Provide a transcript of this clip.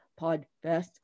PodFest